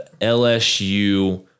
LSU